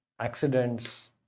accidents